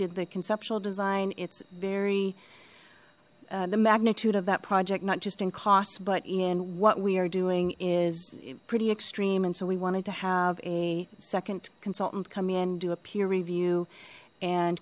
did the conceptual design it's very the magnitude of that project not just in cost but in what we are doing is pretty extreme and so we wanted to have a second consultant come in do a peer review and